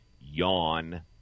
Yawn